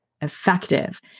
effective